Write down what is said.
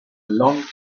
long